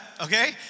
okay